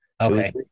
Okay